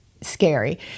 scary